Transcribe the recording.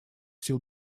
сил